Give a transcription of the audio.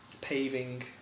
Paving